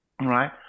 right